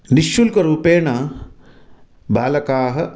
निश्शुल्करूपेण बालकाः